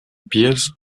без